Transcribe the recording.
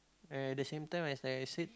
at the same time as I have said